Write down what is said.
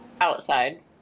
outside